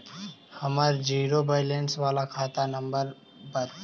हमर zero balance बाला खाता नम्बर बत?